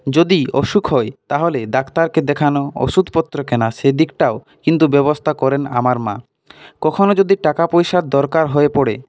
যদি অসুখ হয় তাহলে ডাক্তারকে দেখানো ওষুধপত্র কেনা সেদিকটাও কিন্তু ব্যবস্থা করেন আমার মা কখনও যদি টাকা পয়সার দরকার হয়ে পড়ে